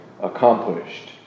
accomplished